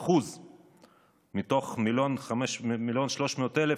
1%. מתוך 1.3 מיליון,